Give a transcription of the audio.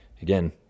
Again